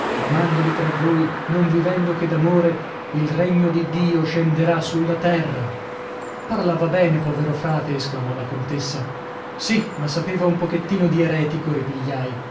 amandovi tra voi non vivendo che d'amore il regno di dio scenderà sulla terra parlava bene povero frate esclamò la contessa sì ma sapeva un pochettino di eretico ripigliai